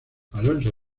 alonso